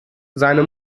seine